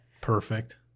Perfect